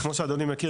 כמו שאדוני מכיר,